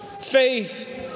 Faith